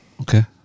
Okay